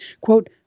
quote